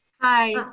Hi